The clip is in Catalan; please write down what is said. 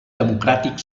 democràtic